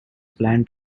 planned